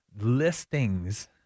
listings